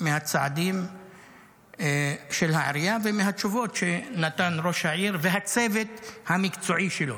מהצעדים של העירייה ומהתשובות שנתנו ראש העיר והצוות המקצועי שלו.